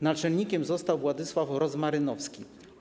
Naczelnikiem został Władysław Rozmarynowski.